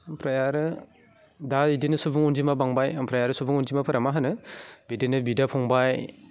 ओमफ्राय आरो दा बिदिनो सुबुं अनजिमा बांबाय ओमफ्राय आरो सुबुं अनजिमाफोरा मा होनो बिदिनो बिदा फंबाय